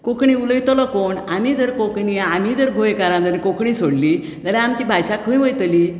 कोंकणी उलयतलो कोण आमी जर कोंकणी आमी जर गोंयकारा जर कोंकणी सोडली जाल्यार आमची भाशा खंय वयतली